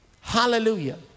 Hallelujah